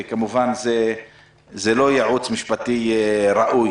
וכמובן זה לא ייעוץ משפטי ראוי.